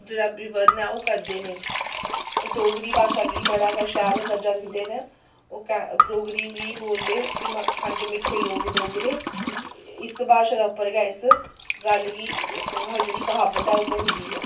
जेह्ड़ा एह्दा विवरण ओह् करदे न ओह् डोगरी भाशा गी बड़ा गै शैल दर्जा दिंदे न ओह् डोगरी गी बोलदे कि खंड मिट्ठे लोक डोगरे इस भाशा दे उप्पर गै इस गल्ल गी जेह्ड़ी क्हावत ऐ ओह् बनी दी ऐ